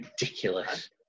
ridiculous